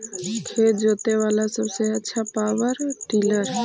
खेत जोते बाला सबसे आछा पॉवर टिलर?